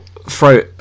Throw